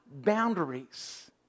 boundaries